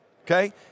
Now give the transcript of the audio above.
Okay